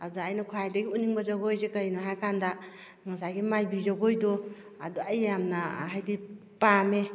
ꯑꯗꯨꯗ ꯑꯩꯅ ꯈ꯭ꯋꯥꯏꯗꯒꯤ ꯎꯠꯅꯤꯡꯕ ꯖꯒꯣꯏꯁꯦ ꯀꯔꯤꯅꯣ ꯍꯥꯏꯕꯀꯥꯟꯗ ꯉꯁꯥꯏꯒꯤ ꯃꯥꯏꯕꯤ ꯖꯒꯣꯏꯗꯣ ꯑꯗꯨ ꯑꯩ ꯌꯥꯝꯅ ꯍꯥꯏꯕꯗꯤ ꯄꯥꯝꯃꯦ